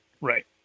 Right